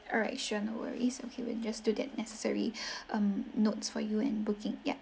alright sure no worries okay we'll just do that necessary um notes for you and booking yup